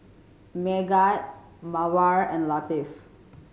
Megat Mawar and Latif